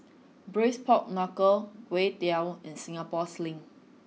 Braised Pork Knuckle and Singapore Sling